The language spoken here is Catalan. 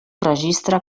registre